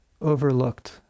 overlooked